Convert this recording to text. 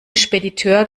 spediteur